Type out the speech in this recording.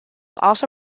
also